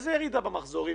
איזה ירידה במחזורים